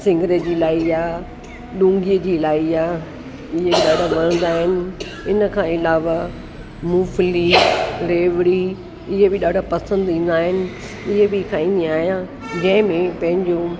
सिङरे जी लाई आहे ॾुंगीअ जी लाई आहे ॾाढा वणंदा आहिनि इन खां इलावा मुङफली रेवड़ी इहे बि ॾाढा पसंदीदा आहिनि इहे बि खाईंदी आहियां जंहिंमें पंहिंजो